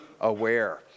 aware